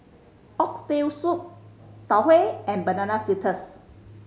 Oxtail Soup Tau Huay and Banana Fritters